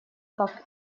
как